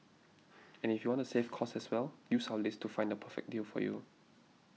and if you want to save cost as well use our list to find a perfect deal for you